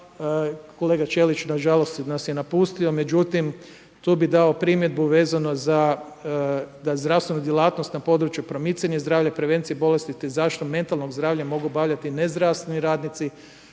kolega Ćelić nažalost nas je napustio, međutim, tu bi dao primjedbu, vezano da zdravstvenu djelatnost, na području promicanja zdravlja, prevencija bolesti te zaštitu metalnog zdravlja, mogu obavljati nezdravstveni radnici.